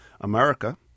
America